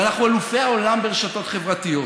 ואנחנו אלופי העולם ברשתות חברתיות.